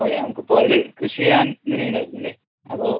അതെ നമുക്ക് ഇപ്പം അതില് കൃഷി ചെയ്യാൻ ഇങ്ങനെ ഉണ്ടായിരുന്നില്ലെ അതോ